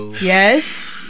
Yes